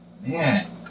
man